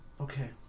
okay